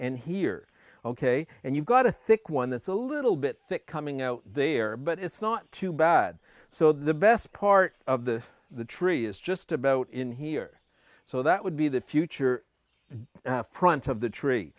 and here ok and you've got a thick one that's a little bit thick coming out there but it's not too bad so the best part of the the tree is just about in here so that would be the future in front of the tree